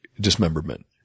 dismemberment